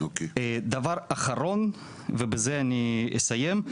דבר אחרון, ובזה אני אסיים.